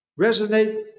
resonate